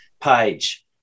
page